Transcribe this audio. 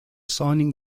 signing